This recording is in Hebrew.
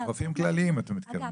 רופאים כלליים אתם מתכוונים,